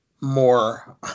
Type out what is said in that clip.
more